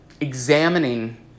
examining